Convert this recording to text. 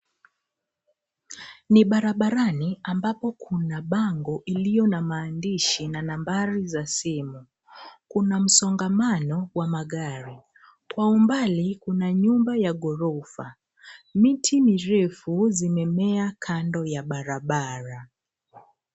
Ni barabarani, ambapo kuna bango iliyo na maandishi na nambari za simu. Kuna msongamano wa magari. Kwa umbali kuna nyumba ya ghorofa. Miti mirefu zimemea kando ya barabara.